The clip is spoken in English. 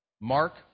Mark